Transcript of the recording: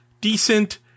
decent